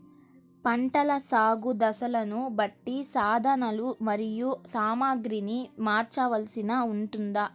పంటల సాగు దశలను బట్టి సాధనలు మరియు సామాగ్రిని మార్చవలసి ఉంటుందా?